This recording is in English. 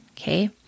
okay